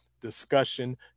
discussion